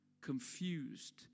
confused